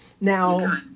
Now